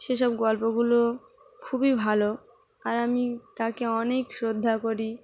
সেসব গল্পগুলো খুবই ভালো আর আমি তাকে অনেক শ্রদ্ধা করি